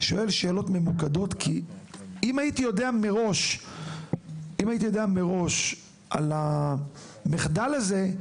אני שואל שאלות ממוקדות כי אילו הייתי יודע מראש על המחדל הזה,